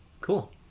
Cool